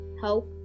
help